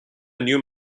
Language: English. new